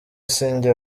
sinjye